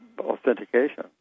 Authentication